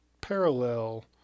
parallel